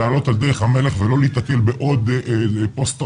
לעלות על דרך המלך ולא להיתקל בעוד פוסט טראומה,